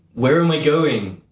where am i going?